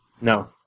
No